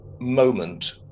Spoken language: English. moment